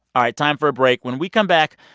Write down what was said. all right, time for a break. when we come back,